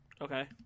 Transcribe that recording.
Okay